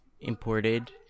imported